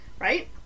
Right